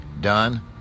done